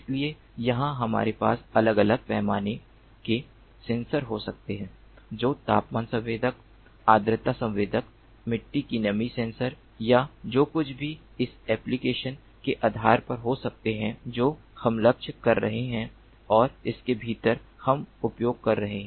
इसलिए यहां हमारे पास अलग अलग पैमाने के सेंसर हो सकते हैं जो तापमान संवेदक आर्द्रता संवेदक मिट्टी की नमी सेंसर या जो कुछ भी उस एप्लिकेशन के आधार पर हो सकते हैं जो हम लक्ष्य कर रहे हैं और इसके भीतर हम उपयोग कर रहे हैं